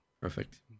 perfect